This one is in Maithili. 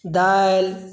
दालि